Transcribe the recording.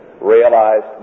realized